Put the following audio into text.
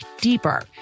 deeper